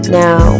now